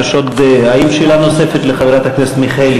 האם יש שאלה נוספת לחברת הכנסת מיכאלי?